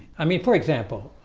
i mean, for example,